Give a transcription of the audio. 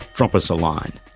drop us a line.